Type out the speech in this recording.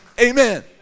Amen